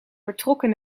vertrokken